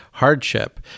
hardship